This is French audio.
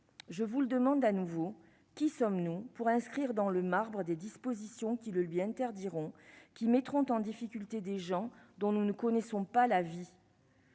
Je vous le demande, à nouveau, qui sommes-nous pour inscrire dans le marbre des dispositions qui le lui interdiront qui mettront en difficulté des gens dont nous ne connaissons pas la vie.